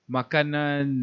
Makanan